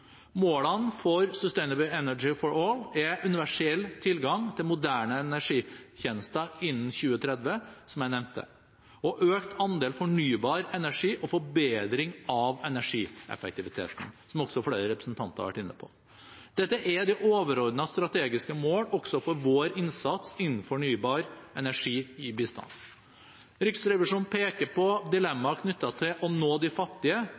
Målene for Sustainable Energy for All er universell tilgang til moderne energitjenester innen 2030, som jeg nevnte, og økt andel fornybar energi og forbedring av energieffektiviteten, som også flere representanter har vært inne på. Dette er de overordnede strategiske målene, også for vår innsats innen fornybar energi i bistanden. Riksrevisjonen peker på dilemmaet knyttet til å nå de fattige